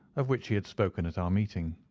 of which he had spoken at our meeting.